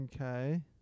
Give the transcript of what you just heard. Okay